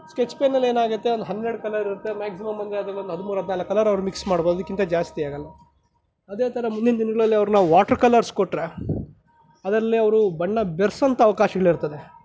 sketch ಪೆನ್ನಲ್ಲಿ ಏನಾಗುತ್ತೆ ಹನ್ನೆರಡು ಕಲರ್ ಇರುತ್ತೆ ಮ್ಯಾಗ್ಝೀಮಮ್ ಅಂದರೆ ಹದಿಮೂರು ಹದಿನಾಲ್ಕು ಕಲರ್ ಅವರ್ ಮಿಕ್ಸ್ ಮಾಡ್ಬಹುದು ಅದಕ್ಕಿಂತ ಜಾಸ್ತಿ ಆಗಲ್ಲ ಅದೇ ಥರ ಮುಂದಿನ ದಿನಗಳಲ್ಲಿ ಅವ್ರನ್ನ ವಾಟರ್ ಕಲರ್ಸ್ ಕೊಟ್ಟರೆ ಅದರಲ್ಲಿ ಅವರು ಬಣ್ಣ ಬೇರಿಸೋವಂಥ ಅವಕಾಶಗಳು ಇರ್ತದೆ